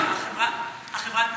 חברת הפרסום,